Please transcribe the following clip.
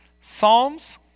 Psalms